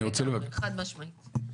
חד משמעית.